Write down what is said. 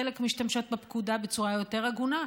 חלק משתמשות בפקודה בצורה יותר הגונה,